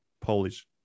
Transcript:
Polish